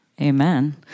Amen